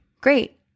great